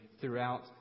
throughout